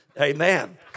Amen